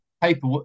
paper